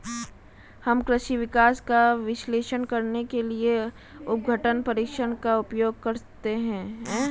हम कृषि विकास का विश्लेषण करने के लिए अपघटन परीक्षण का उपयोग करते हैं